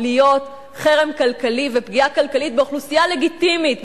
להיות חרם כלכלי ופגיעה כלכלית באוכלוסייה לגיטימית,